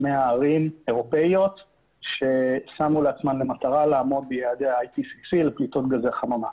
ערים אירופיות ששמו לעצמן מטרה לעמוד ביעדי פליטות גזי חממה.